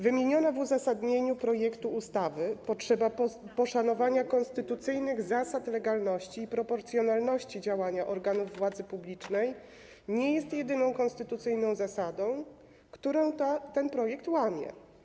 Wymieniona w uzasadnieniu projektu ustawy potrzeba poszanowania konstytucyjnych zasad legalności i proporcjonalności działania organów władzy publicznej nie jest jedyną konstytucyjną zasadą, którą ten projekt łamie.